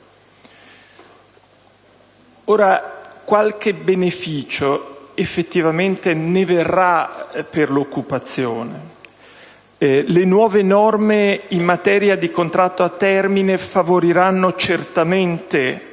Qualche beneficio effettivamente ne verrà per l'occupazione: le nuove norme in materia di contratto a termine favoriranno certamente